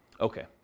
okay